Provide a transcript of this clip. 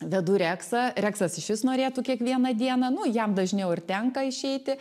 vedu reksą reksas išvis norėtų kiekvieną dieną nu jam dažniau ir tenka išeiti